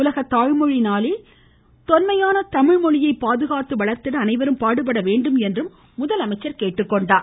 உலக தாய்மொழி நாளில் தொன்மையான தமிழ் மொழியை பாதுகாத்து வளர்த்திட அனைவரும் பாடுபட வேண்டும் என முதலமைச்சர் கேட்டுக்கொண்டார்